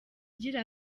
agira